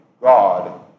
God